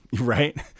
right